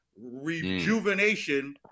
rejuvenation